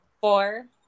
Four